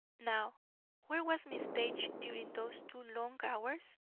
now where was miss page during those two long hours?